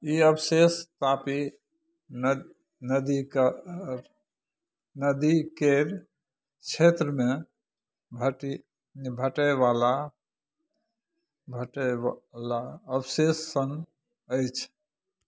ई अवशेष तापी नद् नदीकर् नदीकेर क्षेत्रमे भटी भेटयवला भेटयवला अवशेष सन अछि